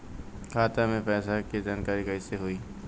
खाता मे पैसा के जानकारी कइसे होई?